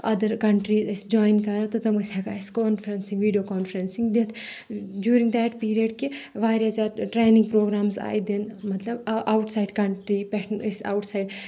other countries ٲسۍ join کَران تہٕ تِم ٲسۍ ہؠکان اسہِ کانفرؠنسِنگ ویٖڈیو کانفرؠنسِنگ دِتھ جوٗرِنگ دیٹ پیٖریَڈ کہِ واریاہ زیادٕ ٹرینِنگ پروگرامٕز آیہِ دِنہٕ مطلب آوُٹسایِڈ کَنٹری پؠٹھ ٲسۍ آوُٹ سایِڈ